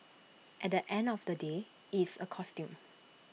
at the end of the day it's A costume